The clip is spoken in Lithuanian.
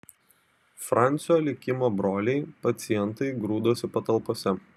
francio likimo broliai pacientai grūdosi patalpose